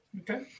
Okay